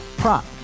prop